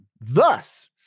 Thus